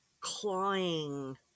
clawing